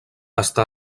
està